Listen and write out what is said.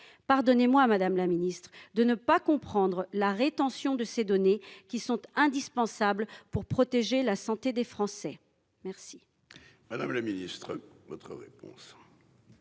Pardonnez-moi, madame la ministre, de ne pas comprendre la rétention de ces données, qui sont indispensables pour protéger la santé des Français. La